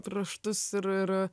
raštus ir ir